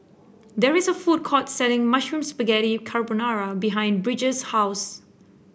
there is a food court selling Mushroom Spaghetti Carbonara behind Bridger's house